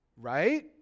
Right